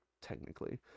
technically